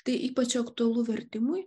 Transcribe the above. tai ypač aktualu vertimui